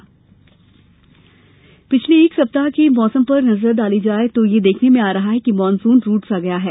मौसम पिछले एक सप्ताह के मौसम पर नजर डाली जाये तो यह देखने में आ रहा है कि मानसून रूठ सा गया है